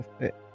fit